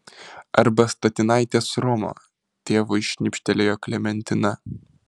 arba statinaitės romo tėvui šnipštelėjo klementina